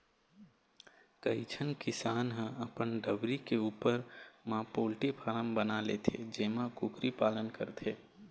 कइझन किसान ह अपन डबरी के उप्पर म पोल्टी फारम बना लेथे जेमा कुकरी पालन करथे